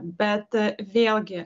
bet vėlgi